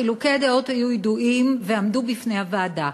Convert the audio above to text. חילוקי הדעות היו ידועים ועמדו בפני הוועדה.